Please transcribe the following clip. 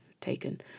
taken